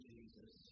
Jesus